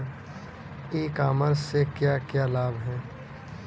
ई commerce से क्या क्या लाभ हैं?